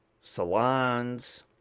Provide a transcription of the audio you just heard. Salons